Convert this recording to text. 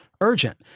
urgent